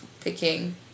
picking